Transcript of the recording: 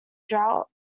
drought